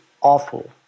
awful